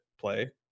play